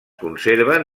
conserven